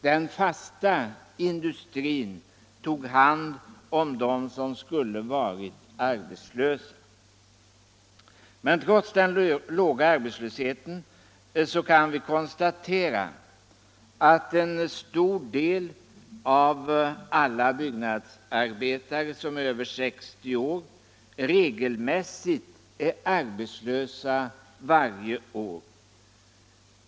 Den fasta industrin tog hand om dem som skulle varit arbetslösa. Men trots den låga arbetslösheten kan vi konstatera att en stor del av alla byggnadsarbetare över 60 år regelmässigt är arbetslösa varje år.